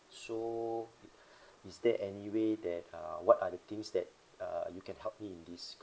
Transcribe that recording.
so is there any way that uh what are the things that uh you can help me in this